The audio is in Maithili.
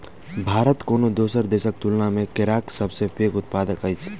भारत कोनो दोसर देसक तुलना मे केराक सबसे पैघ उत्पादक अछि